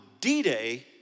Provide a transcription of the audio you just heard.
D-Day